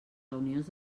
reunions